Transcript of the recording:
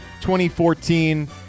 2014